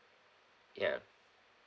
ya